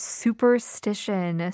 superstition